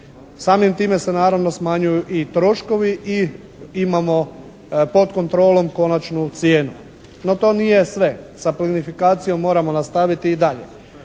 Samim time sa naravno smanjuju i troškovi i imamo pod kontrolom konačnu cijenu. No to nije sve. Sa plinifikacijom moramo nastaviti i dalje.